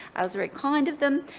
it was very kind of them.